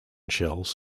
shells